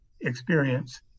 experience